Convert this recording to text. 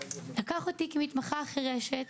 לקח אותי כמתמחה חירשת,